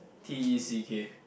T_E_C_K